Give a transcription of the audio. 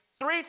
Three